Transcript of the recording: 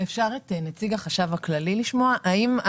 אפשר לשמוע את